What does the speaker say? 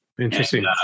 Interesting